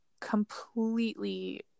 completely